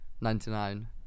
Ninety-nine